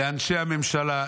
לאנשי הממשלה,